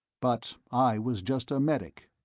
but i was just a medic.